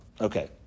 Okay